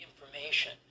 information